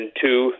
two